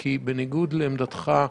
כי בניגוד לעמדתך,